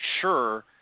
sure